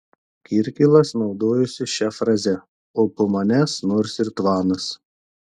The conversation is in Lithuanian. kirkilas naudojosi šia fraze o po manęs nors ir tvanas